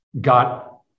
got